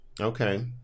Okay